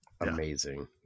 Amazing